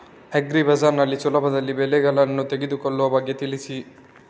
agri bazaar ನಲ್ಲಿ ಸುಲಭದಲ್ಲಿ ಬೆಳೆಗಳನ್ನು ತೆಗೆದುಕೊಳ್ಳುವ ಬಗ್ಗೆ ತಿಳಿಸಿ